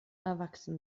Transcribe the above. erwachsen